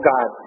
God